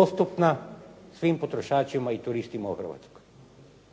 dostupna svim potrošačima i turistima u Hrvatskoj.